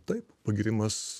taip pagyrimas